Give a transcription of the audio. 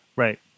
Right